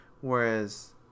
Whereas